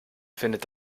findet